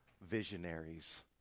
visionaries